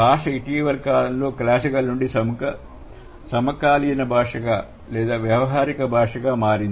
భాష ఇటీవలి కాలంలో క్లాసికల్ నుండి సమకాలీన భాషగా లేదా వ్యావహారిక భాషగా మారింది